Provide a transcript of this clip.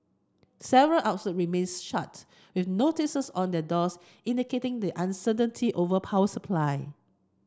several outlets remained shut with notices on their doors indicating the uncertainty over power supply